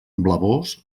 blavós